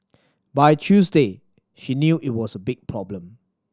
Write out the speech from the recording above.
by Tuesday she knew it was a big problem